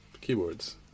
keyboards